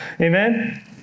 Amen